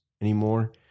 anymore